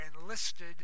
enlisted